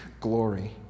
glory